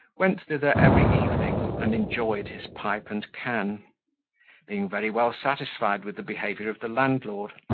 went thither every evening and enjoyed his pipe and can being very well satisfied with the behaviour of the landlord,